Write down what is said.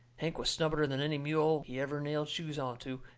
hank was stubborner than any mule he ever nailed shoes onto,